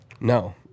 No